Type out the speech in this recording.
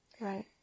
right